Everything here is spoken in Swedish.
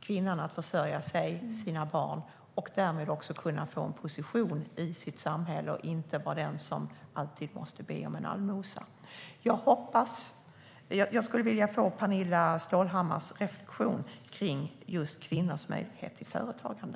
kvinnan att försörja sig och sina barn och därmed kunna få en position i sitt samhälle och inte behöva vara den som alltid måste be om en allmosa. Jag skulle vilja få Pernilla Stålhammars reflektion om kvinnors möjlighet till företagande.